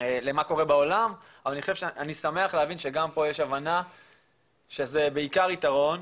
למה קורה בעולם ואני שמח להבין שגם פה יש הבנה שזה בעיקר יתרון.